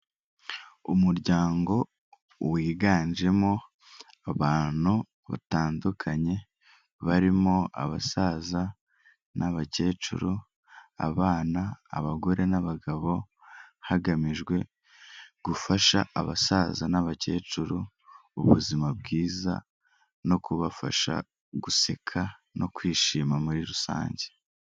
Umuryango wiganjemo abantu batandukanye barimo abasaza n'abakecuru, abana, abagore n'abagabo hagamijwe gufasha abasaza n'abakecuru ubuzima bwiza no kubafasha guseka no kwishima muri rusange.